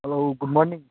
hello good morning